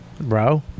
bro